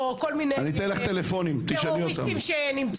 אני אתן לך טלפונים, תשאלי אותם.